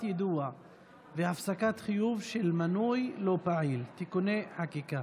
יידוע והפסקת חיוב של מנוי לא פעיל (תיקוני חקיקה),